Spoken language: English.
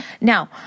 Now